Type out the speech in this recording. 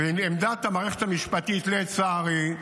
ועמדת המערכת המשפטית, לצערי,